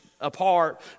Apart